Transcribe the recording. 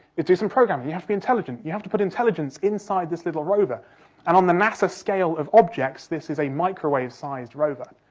is do some programming. you have to be intelligent, you have to put intelligence inside this little rover. and on the massive scale of objects, this is a microwave-sized rover.